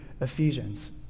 Ephesians